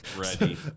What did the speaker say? Ready